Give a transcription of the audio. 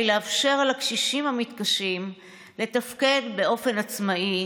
לאפשר לקשישים המתקשים לתפקד באופן עצמאי